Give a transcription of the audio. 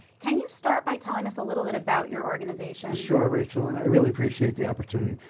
can you start by telling us a little bit about your organization? sure, rachel. and i really appreciate the opportunity.